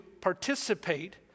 participate